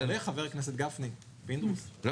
חבר הכנסת גפני, אתה הולך?